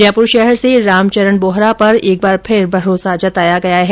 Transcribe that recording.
जयपुर शहर से रामचरण बोहरा पर एक बार फिर भरोसा जताया गया है